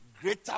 Greater